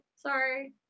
Sorry